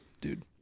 dude